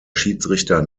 schiedsrichter